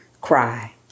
cry